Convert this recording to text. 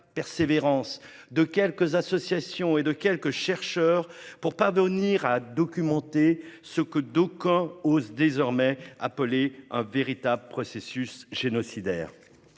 persévérance de quelques associations et chercheurs pour parvenir à documenter ce que d'aucuns osent désormais appeler un véritable processus génocidaire.